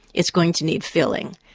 it's going to need filling.